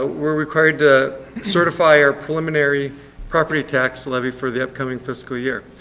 we're required to certify our preliminary property tax levy for the upcoming fiscal year.